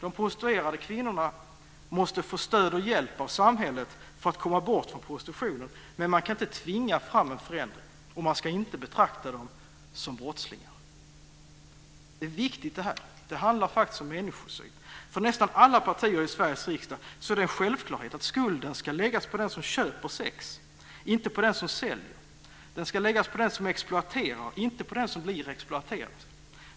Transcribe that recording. De prostituerade kvinnorna måste få stöd och hjälp av samhället för att komma bort från prostitutionen, men man kan inte tvinga fram en förändring, och man ska inte betrakta dem som brottslingar. Det är viktigt. Det handlar om människosyn. För nästan alla partier i Sveriges riksdag är det en självklarhet att skulden ska läggas på den som köper sex, inte på den som säljer. Den ska läggas på den som exploaterar, inte på den som blir exploaterad.